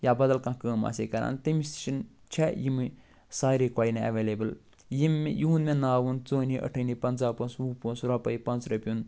یا بدل کانٛہہ کٲم آسہِ ہے کَران تٔمِس تہِ چھُنہٕ چھےٚ یِمہٕ سارے کۄینہٕ ایولیبل یِم مےٚ یِہُنٛد مےٚ ناو ووٚن ژونی یہِ ٲٹھٲنی پنٛژاہ پونٛسہٕ وُہ پونٛسہٕ رۄپَے پانٛژھ رۄپیُن